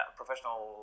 professional